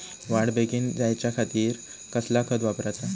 वाढ बेगीन जायच्या खातीर कसला खत वापराचा?